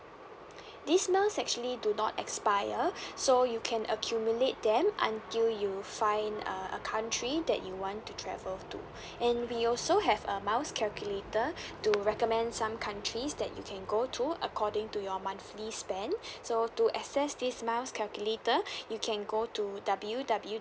these miles actually do not expire so you can accumulate them until you find uh a country that you want to travel to and we also have a miles calculator to recommend some countries that you can go to according to your monthly spend so to access this miles calculator you can go to W W